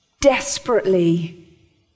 desperately